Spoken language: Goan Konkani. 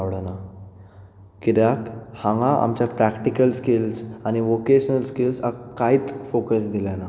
खरें म्हणल्यार आमच्या गोंयचें एडुकेशन सिस्टम म्हाका आय म्हाका अजिबात आवडना कित्याक हांगा आमचे प्रेक्टीकल स्किल्स आनी वोकेशनल स्किल्सांक कांयच फोकस दिलें ना